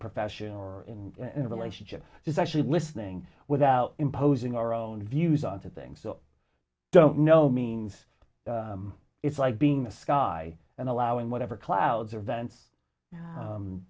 profession or in any relationship is actually listening without imposing our own views on things so don't know means it's like being the sky and allowing whatever clouds events